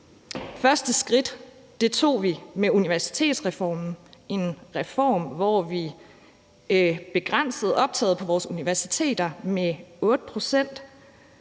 første skridt tog vi med universitetsreformen – en reform, hvor vi begrænsede optaget på vores universiteter med 8 pct.